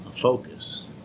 focus